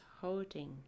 holding